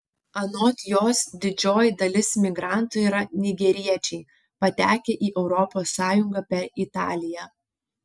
anot jos didžioji dalis migrantų yra nigeriečiai patekę į europos sąjungą per italiją